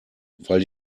weil